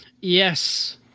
Yes